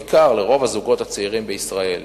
בעיקר לרוב הזוגות הצעירים בישראל,